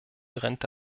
rente